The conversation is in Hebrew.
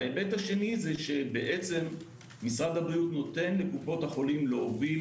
ההיבט השני משרד הבריאות נותן לקופות החולים להוביל